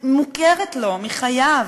מוכרת לו מחייו,